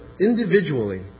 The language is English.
individually